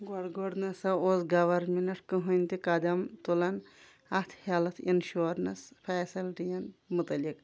گۄڈٕ گۄڈٕ نَسا اوس گورنمنٹ کٕہنۍ تہِ قَدم تُلان اَتھ ہٮ۪لٕتھ اِنشورنَس فیسَلٹی یَن متعلق